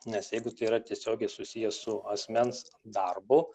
nes jeigu tai yra tiesiogiai susiję su asmens darbu